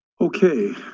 Okay